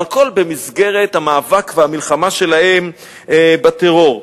והכול במסגרת המאבק והמלחמה שלהם בטרור.